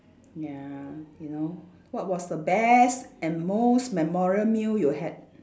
ya you know what was the best and most memorial meal you had